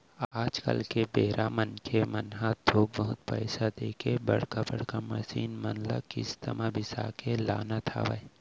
आज के बेरा मनखे मन ह थोक बहुत पइसा देके बड़का बड़का मसीन मन ल किस्ती म बिसा के लानत हवय